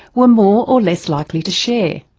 were more or less likely to share.